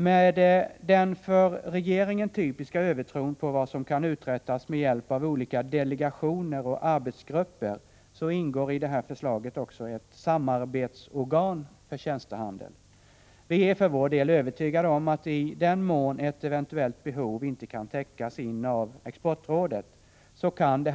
Med den för regeringen typiska övertron på vad som kan uträttas med hjälp av olika delegationer och arbetsgrupper ingår i det här förslaget också ett samarbetsorgan för tjänstehandel. Vi är för vår del övertygade om att det här samarbetet, i den mån ett eventuellt behov inte kan täckas in av exportrådet, kan